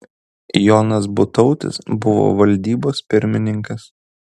jonas butautis buvo valdybos pirmininkas